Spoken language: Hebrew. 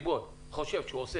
אני אשמח מאוד שיהיה